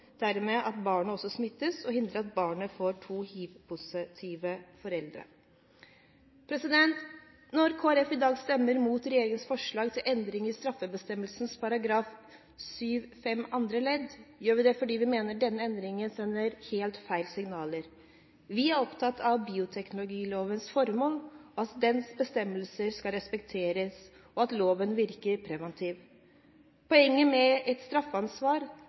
dermed at barnet smittes, og hindrer at barnet får to hivpositive foreldre. Når Kristelig Folkeparti i dag stemmer mot regjeringens forslag til endring i straffebestemmelsens § 7-5 andre ledd, gjør vi det fordi vi mener denne endringen sender helt feil signaler. Vi er opptatt av at bioteknologilovens formål og dens bestemmelser skal respekteres, og at loven virker preventivt. Poenget med et straffansvar,